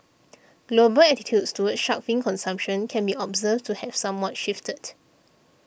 global attitudes towards shark fin consumption can be observed to have somewhat shifted